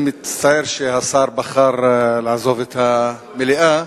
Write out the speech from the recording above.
אני מצטער שהשר בחר לעזוב את המליאה,